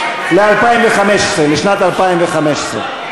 נשיא המדינה ולשכתו, לשנת התקציב 2015,